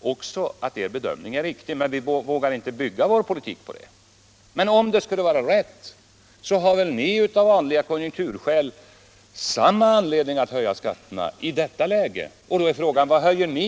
också jag att er bedömning är riktig, men vi vågar inte bygga vår politik på en förhoppning — har ni väl av vanliga konjunkturskäl samma anledning som vi att höja skatterna i det läget. Vad höjer ni för skatter då?